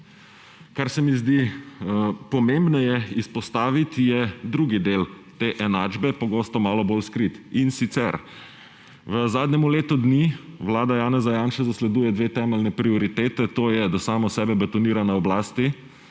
Kar se mi zdi pomembneje izpostaviti, je drugi del te enačbe, pogosto malo bolj skrit, in sicer v zadnjem letu dni vlada Janeza Janše zasleduje dve temeljni prioriteti, to je, da samo sebe betonira na oblasti,